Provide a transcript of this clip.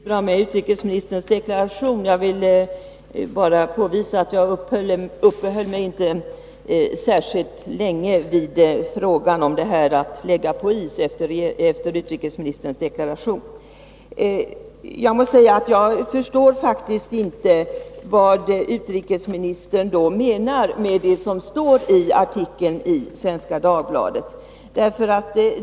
Herr talman! Det var bra med utrikesministerns deklaration. Jag vill bara påvisa att jag, efter denna deklaration, inte uppehöll mig särskilt länge vid påståendet att frågan hade lagts på is. Jag må säga att jag faktiskt inte förstår vad utrikesministern då menar med det som står i artikeln i Svenska Dagbladet.